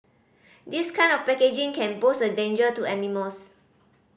this kind of packaging can pose a danger to animals